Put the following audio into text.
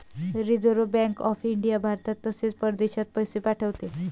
reserve Bank of India भारतात तसेच परदेशात पैसे पाठवते